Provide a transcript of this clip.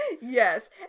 Yes